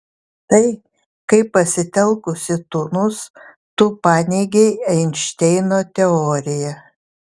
tai kaip pasitelkusi tunus tu paneigei einšteino teoriją